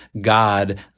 god